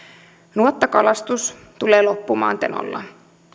nuottakalastus tulee loppumaan tenolla